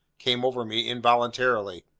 came over me involuntarily.